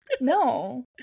No